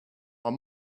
are